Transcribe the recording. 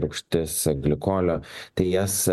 rūgštis gliukolio tai jas